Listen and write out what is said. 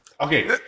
Okay